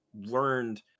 learned